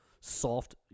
soft